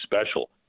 special